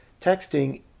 texting